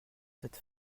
cette